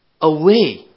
away